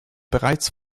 bereits